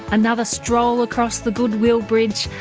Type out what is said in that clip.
another stroll across the goodwill bridge,